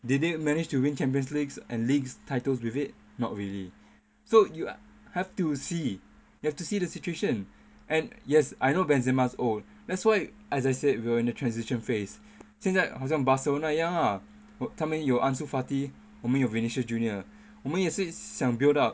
they didn't manage to win champions league and leagues titles with it not really so you have to see you have to see the situation and yes I know benzema's old that's why as I said we were in the transition phase 现在好像 Barcelona 一样 lah 他们有 ansu fati 我们有 vinicius junior 我们也是想 build up